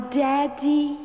daddy